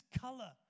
color